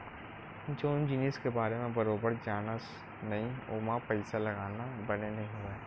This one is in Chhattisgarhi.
जउन जिनिस के बारे म बरोबर जानस नइ ओमा पइसा लगाना बने नइ होवय